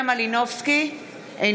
רק לפני כמה חודשים היו פה,